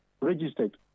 Registered